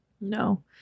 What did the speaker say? No